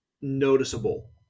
noticeable